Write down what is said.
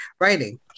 writing